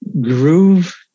groove